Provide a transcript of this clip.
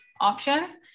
options